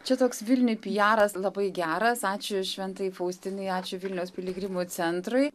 čia toks vilniuj piaras labai geras ačiū šventajai faustinai ačiū vilniaus piligrimų centrui